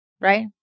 right